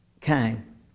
came